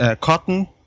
cotton